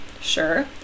sure